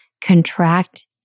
contract